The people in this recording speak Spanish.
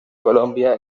colombia